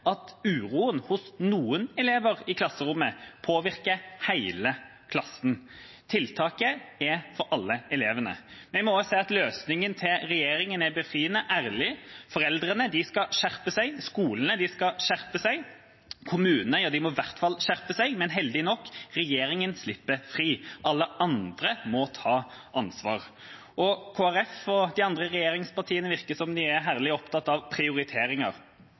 at uroen hos noen elever i klasserommet påvirker hele klassen. Tiltaket er for alle elevene. Jeg må også si at løsningen til regjeringa er befriende ærlig: Foreldrene skal skjerpe seg, skolene skal skjerpe seg, kommunene må i hvert fall skjerpe seg, mens regjeringa – heldige nok – slipper fri. Alle andre må ta ansvar. Kristelig Folkeparti og de andre regjeringspartiene virker som om de er herlig opptatt av prioriteringer.